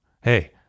Hey